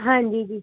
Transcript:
ਹਾਂਜੀ ਜੀ